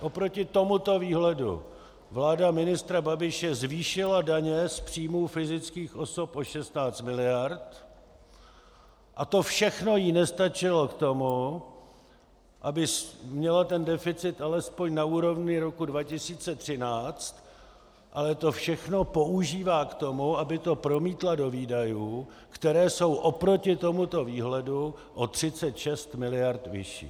Oproti tomuto výhledu vláda ministra Babiše zvýšila daně z příjmů fyzických osob o 16 mld. a to všechno jí nestačilo k tomu, aby měla deficit alespoň na úrovni roku 2013, ale to všechno používá k tomu, aby to promítla do výdajů, které jsou oproti tomuto výhledu o 36 mld. vyšší.